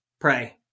pray